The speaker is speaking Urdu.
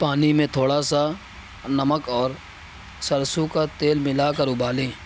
پانی میں تھوڑا سا نمک اور سرسوں کا تیل ملا کر ابالیں